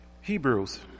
Hebrews